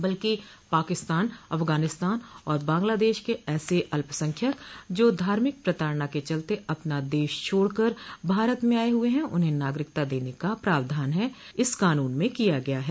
बल्कि पाकिस्तान अफगानिस्तान और बांग्लादेश के ऐसे अल्पसंख्यक जो धार्मिक प्रताड़ना के चलते अपना देश छोड़कर भारत में आये हुए हैं उन्हें नागरिकता देने का प्रावधान इस कानून में किया गया है